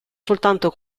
soltanto